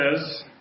says